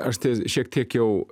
aš tai šiek tiek jau